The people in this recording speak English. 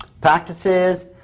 practices